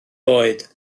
oed